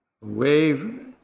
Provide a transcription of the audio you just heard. wave